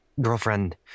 girlfriend